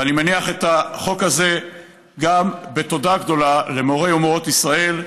ואני מניח את החוק הזה גם בתודה גדולה למורי ומורות ישראל,